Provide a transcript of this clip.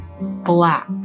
black